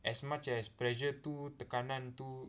as much as pressure tu tekanan tu